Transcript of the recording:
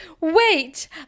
wait